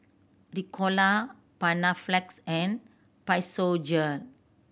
Ricola Panaflex and Physiogel